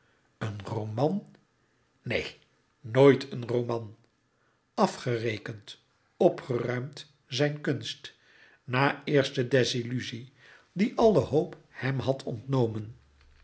een roman neen nooit een roman afgerekend opgeruimd zijn kunst na eerste desilluzie die alle hoop hem had ontnomen